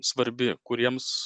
svarbi kuriems